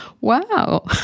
wow